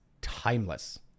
timeless